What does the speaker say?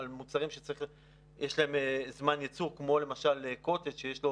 יש מחסור במוצרים שיש להם זמן ייצור כמו קוטג' שיש לו